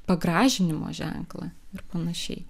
pagražinimo ženklą ir panašiai